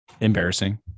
embarrassing